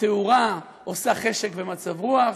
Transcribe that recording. התאורה עושה חשק ומצב רוח,